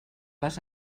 les